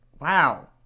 Wow